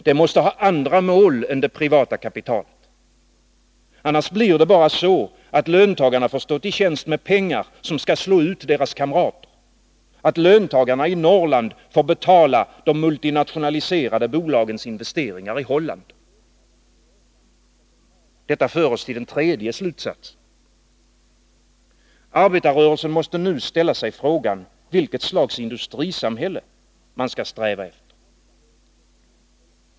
Det måste ha andra mål än det privata kapitalet. Annars blir det bara så att löntagarna får stå till tjänst med pengar som skall slå ut deras kamrater, att löntagarna i Norrland får betala de multinationaliserade bolagens investeringar i Holland. Detta för oss till den tredje slutsatsen. Arbetarrörelsen måste nu ställa sig frågan vilket slags industrisamhälle man skall sträva efter.